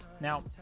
Now